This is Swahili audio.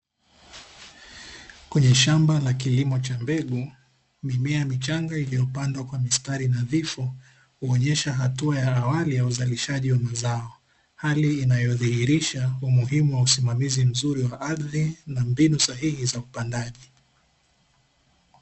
Kwenye shamba la kilimo cha mbegu mimea michanga iliyopangwa kwa mistari nadhifu, huonesha hatua ya awali ya uzalishaji wa mazao, hali hii inayodhihirisha usimamizi mzuri wa ardhi na mbinu sahihi za upandaji.